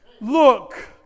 look